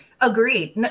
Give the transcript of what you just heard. Agreed